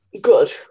good